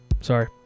Sorry